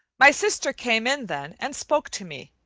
my sister came in then and spoke to me,